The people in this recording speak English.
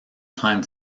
time